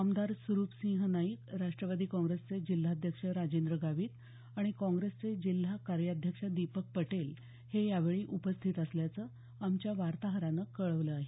आमदार सुरुपसिंह नाईक राष्ट्रवादी काँग्रेसचे जिल्हाध्यक्ष राजेंद्र गावित आणि काँग्रेसचे जिल्हा कार्याध्यक्ष दीपक पटेल हे यावेळी उपस्थित असल्याचं आमच्या वार्ताहरानं कळवलं आहे